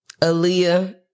Aaliyah